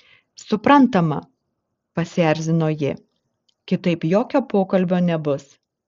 suprantama pasierzino ji kitaip jokio pokalbio nebus